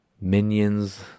minions